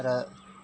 र